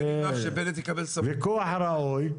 זה כוח ראוי.